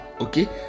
okay